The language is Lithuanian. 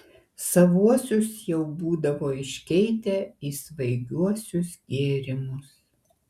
savuosius jau būdavo iškeitę į svaigiuosius gėrimus